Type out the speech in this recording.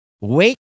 wake